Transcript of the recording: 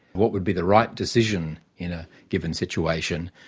what would be the right decision in a given situation?